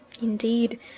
Indeed